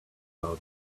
about